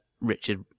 Richard